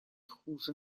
хуже